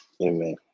Amen